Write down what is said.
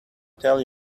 tell